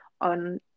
on